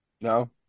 No